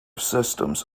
systems